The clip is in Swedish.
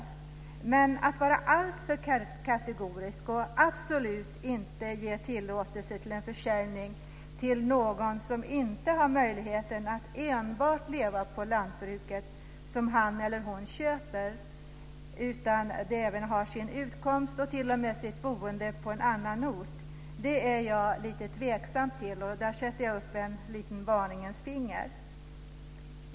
Men jag är tveksam till att vara alltför kategorisk och absolut inte tillåta en försäljning till någon som inte har möjlighet att leva enbart på det lantbruk som han eller hon köper utan även har sin utkomst och t.o.m. sitt boende på en annan ort. Här vill jag sätta upp ett varningens finger.